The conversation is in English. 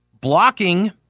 Blocking